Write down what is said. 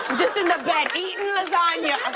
just in the back eatin' lasagna.